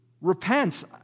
repents